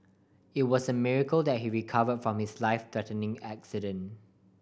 it was a miracle that he recover from his life threatening accident